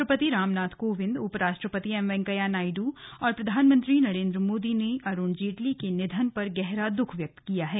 राष्ट्रपति रामनाथ कोविंद उपराष्ट्रपति एम वेंकैया नायडू और प्रधानमंत्री नरेन्द्र मोदी ने अरुण जेटली के निधन पर गहरा दुख व्यक्त किया है